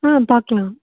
ம் பார்க்கலாம்